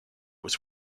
was